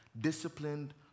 disciplined